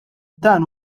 dan